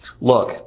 Look